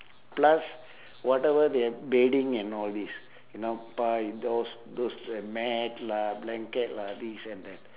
plus whatever their bedding and all this you know பாய்:paay those th~ mat lah blanket lah this and that